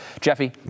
Jeffy